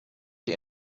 die